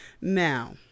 Now